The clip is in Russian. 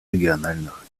региональных